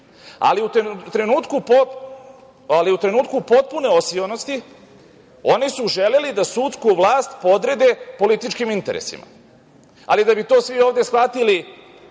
ali u trenutku potpune osionosti, oni su želeli da sudsku vlast podrede političkim interesima, ali da bi svi to ovde shvatili